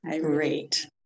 Great